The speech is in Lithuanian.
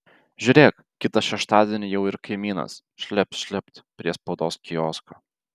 žiūrėk kitą šeštadienį jau ir kaimynas šlept šlept prie spaudos kiosko